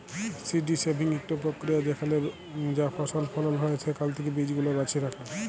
seed saving ইকট পক্রিয়া যেখালে যা ফসল ফলল হ্যয় সেখাল থ্যাকে বীজগুলা বাছে রাখা